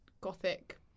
gothic